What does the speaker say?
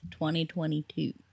2022